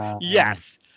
Yes